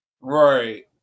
Right